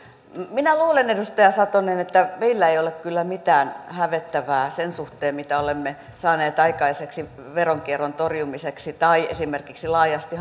minä luulen edustaja satonen että meillä ei ole kyllä mitään hävettävää sen suhteen mitä olemme saaneet aikaiseksi veronkierron torjumiseksi tai esimerkiksi laajasti